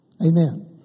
Amen